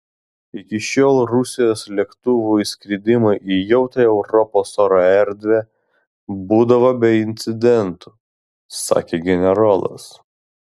iki šiol rusijos lėktuvų įskridimai į jautrią europos oro erdvę būdavo be incidentų sakė generolas